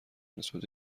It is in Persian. نسبت